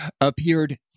appeared